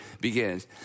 begins